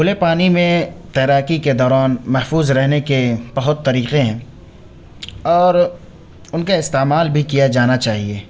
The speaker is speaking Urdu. کھلے پانی میں تیراکی کے دوران محفوظ رہنے کے بہت طریقے ہیں اور ان کا استعمال بھی کیا جانا چاہیے